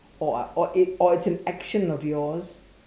or or or it it's an action of yours